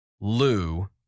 Lou